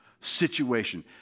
situation